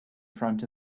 front